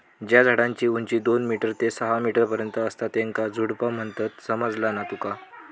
ज्या झाडांची उंची दोन मीटर ते सहा मीटर पर्यंत असता त्येंका झुडपा म्हणतत, समझला ना तुका?